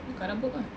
kau dah book eh